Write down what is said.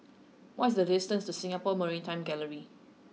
what is the distance to Singapore Maritime Gallery